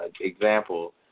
example